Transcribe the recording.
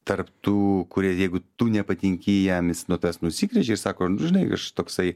tarp tų kurie jeigu tu nepatinki jam jis nuo taves nusigręžė ir sako žinai kas toksai